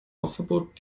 rauchverbot